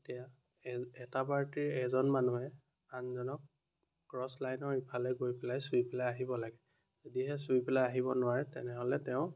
এতিয়া এই এটা পাৰ্টীৰ এজন মানুহে আনজনক ক্ৰছ লাইনৰ ইফালে গৈ পেলাই চুুই পেলাই আহিব লাগে যদিহে চুুই পেলাই আহিব নোৱাৰে তেনেহ'লে তেওঁ